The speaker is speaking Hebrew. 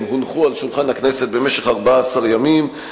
הם הונחו על שולחן הכנסת במשך 14 ימים,